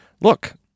look